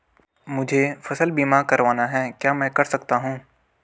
मुझे फसल बीमा करवाना है क्या मैं कर सकता हूँ?